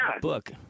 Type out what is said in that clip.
book